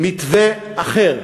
מתווה אחר.